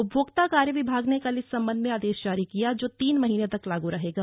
उपभोक्ता कार्य विभाग ने कल इस संबंध में आदेश जारी किया जो तीन महीने तक लागू रहेगा